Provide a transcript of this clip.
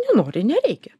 nenori nereikia